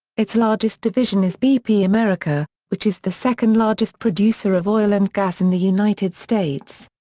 its largest division is bp america, which is the second-largest producer of oil and gas in the united states.